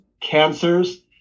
cancers